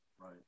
Right